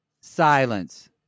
silence